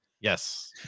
Yes